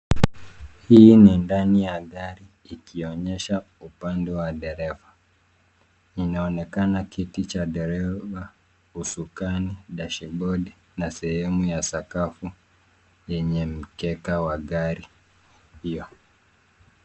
Hii ni ndani ya gari ikionyesha upande wa dereva . Inaonekana kiti cha dereva, usukani, dashibodi na sehemu ya sakafu yenye mkeka wa gari hiyo.